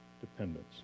Dependence